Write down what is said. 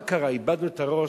מה קרה, איבדנו את הראש?